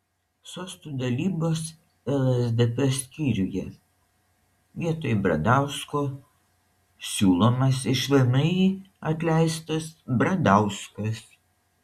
sostų dalybos lsdp skyriuje vietoj bradausko siūlomas iš vmi atleistas bradauskas